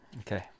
Okay